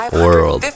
world